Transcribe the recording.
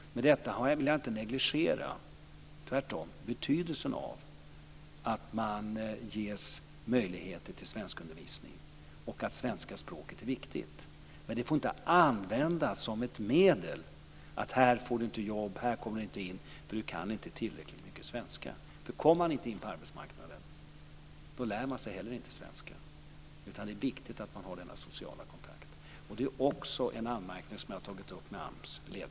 Med detta vill jag inte negligera - tvärtom - betydelsen av att man ges möjligheter till svenskundervisning. Svenska språket är viktigt. Men det får inte användas som ett medel för att säga: Här får du inte jobb. Här kommer du inte in, för du kan inte tillräckligt mycket svenska. Kommer man inte in på arbetsmarknaden lär man sig inte heller svenska. Det är viktigt att man har denna sociala kontakt. Det är också en anmärkning som jag har tagit upp med